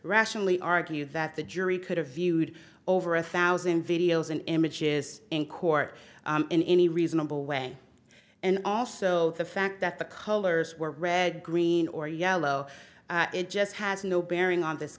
rationally argue that the jury could have viewed over a thousand videos and images in court in any reasonable way and also the fact that the colors were red green or yellow it just has no bearing on this